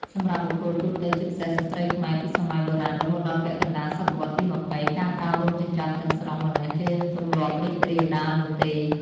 សម្រាប់បុគ្គលទូទៅ ជាពិសេសស្ត្រីខ្មែរពីសម័យបុរាណរហូតដល់ពាក់កណ្តាលសតវត្សទី២០ ការកោររោមចិញ្ចើមទាំងស្រុងមិនមែនជាទម្លាប់រីករាលដាលនោះទេ។